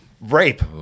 Rape